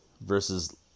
versus